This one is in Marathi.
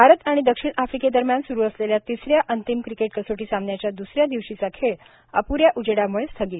भारत आणि दक्षिण आफ्रिकेदरम्यान सुरू असलेल्या तिस या अंतिम क्रिकेट कसोटी सामन्याच्या दुस या दिवशीचा खेळ अप् या उजेळाम्ळे स्थगित